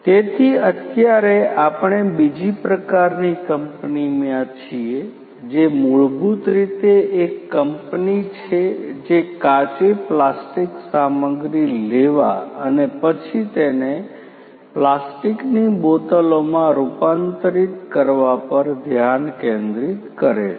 તેથી અત્યારે આપણે બીજી પ્રકારની કંપનીમાં છીએ જે મૂળભૂત રીતે એક કંપની છે જે કાચી પ્લાસ્ટિક સામગ્રી લેવા અને પછી તેને પ્લાસ્ટિકની બોટલોમાં રૂપાંતરિત કરવા પર ધ્યાન કેન્દ્રિત કરે છે